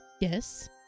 yes